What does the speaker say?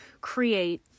create